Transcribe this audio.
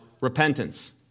repentance